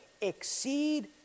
exceed